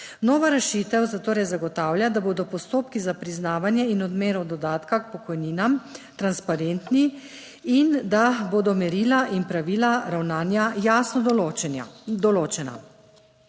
Nova rešitev za torej zagotavlja, da bodo postopki za priznavanje in odmero dodatka k pokojninam transparentni in da bodo merila in pravila ravnanja jasno določena.